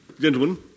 Gentlemen